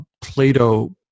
Plato